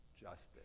justice